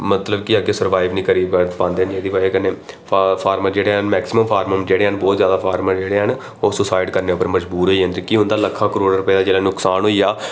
मतलब कि अग्गै सरबाइब नेईं करी पांदे जेह्दी बजह कन्नै लक्खां करोड़ं रपें दा जिसलै नुक्सान होई जा